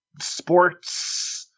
sports